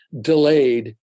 delayed